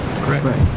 Correct